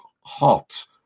hot